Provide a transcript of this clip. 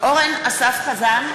אורן אסף חזן,